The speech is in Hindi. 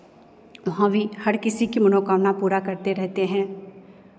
वहां भी हर किसी की मनोकामना पूरा करते रहते हैं